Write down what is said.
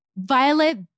Violet